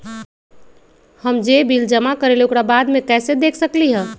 हम जे बिल जमा करईले ओकरा बाद में कैसे देख सकलि ह?